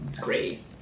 Great